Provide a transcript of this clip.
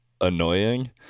annoying